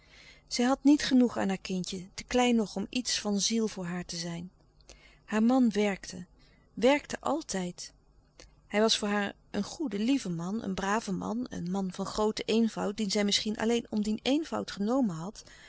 zij had niet genoeg aan haar kindje te klein nog om iets van ziel voor haar te zijn haar man werkte werkte altijd hij was voor haar een goede lieve man een brave man een man van grooten louis couperus de stille kracht eenvoud dien zij misschien alleen om dien eenvoud genomen had